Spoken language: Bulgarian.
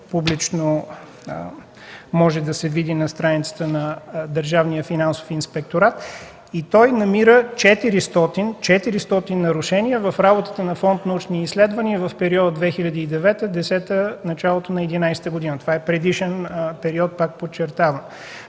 публичен, може да се види на страницата на Държавен финансов инспекторат. Той намира 400 нарушения в работата на Фонд „Научни изследвания” в периода 2009-2010 г., началото на 2011 г. – това е предишен период, пак подчертавам.